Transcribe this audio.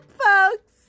folks